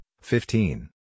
fifteen